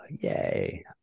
yay